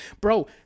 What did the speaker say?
Bro